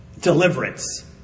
deliverance